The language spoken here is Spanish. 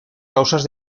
causas